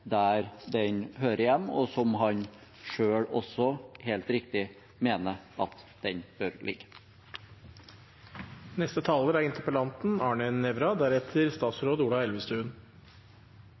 der den hører hjemme, og der han også selv helt riktig mener at den bør ligge?